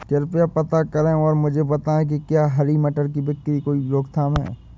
कृपया पता करें और मुझे बताएं कि क्या हरी मटर की बिक्री में कोई रोकथाम है?